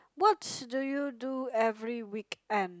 what do you do every weekend